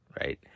right